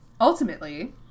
Ultimately